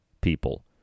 people